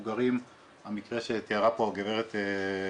את הלקוחות שלהם ולפעול לטובת הלקוחות שלהם,